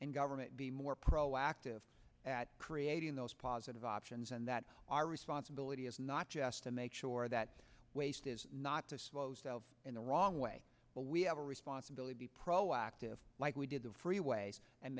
and government be more proactive at creating those positive options and that our responsibility is not just to make sure that waste is not the slows in the wrong way but we have a responsibility proactive like we did the freeways and